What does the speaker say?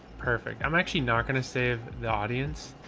perfect. i'm actually not going to save the audience.